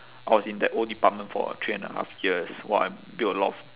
I was in that old department for three and a half years !wah! I built a lot of